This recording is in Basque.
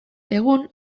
egun